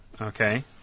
okay